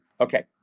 Okay